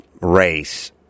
race